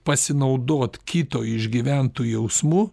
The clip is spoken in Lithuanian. pasinaudot kito išgyventu jausmu